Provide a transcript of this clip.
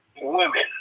Women